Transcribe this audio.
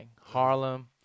Harlem